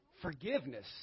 Forgiveness